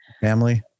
family